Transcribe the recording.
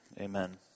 amen